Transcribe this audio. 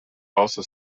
also